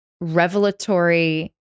revelatory